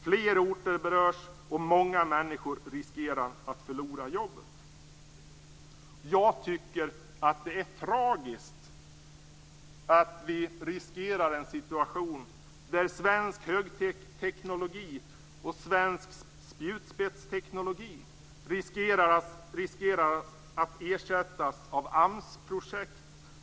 Fler orter berörs, och många människor riskerar att förlora jobbet. Jag tycker att det är tragiskt att vi riskerar att få en situation där svensk högteknologi och svensk spjutspetsteknologi ersätts av AMS-projekt och sysselsättningsprojekt.